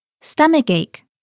Stomachache